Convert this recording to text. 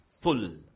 full